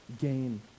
gain